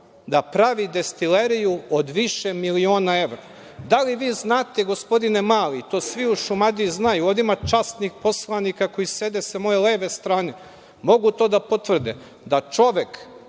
da pravi destileriju od više miliona evra? Da li vi znate, gospodine Mali, to svi u Šumadiji znaju, ovde ima časnih poslanika koji sede sa moje leve strane, mogu to da potvrde, da čovek